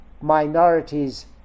minorities